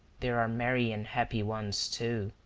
there are merry and happy ones, too.